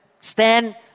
Stand